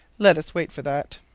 let us wait for that.